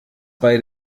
bei